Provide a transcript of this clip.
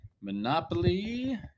Monopoly